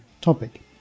topic